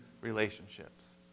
relationships